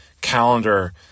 calendar